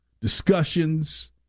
discussions